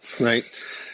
right